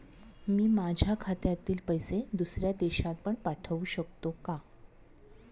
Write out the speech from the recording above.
मी माझ्या खात्यातील पैसे दुसऱ्या देशात पण पाठवू शकतो का?